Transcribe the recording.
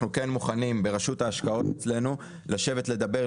מוכנים ברשות ההשקעות אצלנו לשבת לדבר,